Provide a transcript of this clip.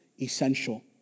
essential